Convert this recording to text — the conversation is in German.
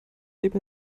lebe